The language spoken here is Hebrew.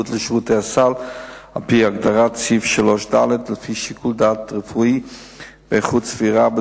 לקבורה לאחר שרופאים קבעו שהוא ללא רוח חיים.